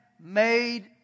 made